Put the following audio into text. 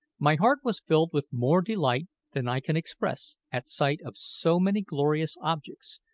my heart was filled with more delight than i can express at sight of so many glorious objects,